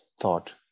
thought